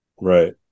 Right